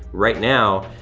right now.